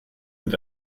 mit